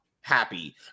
happy